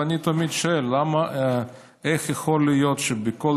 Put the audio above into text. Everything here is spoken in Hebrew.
ואני תמיד שואל: איך יכול להיות שבכל